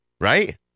Right